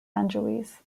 angeles